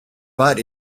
but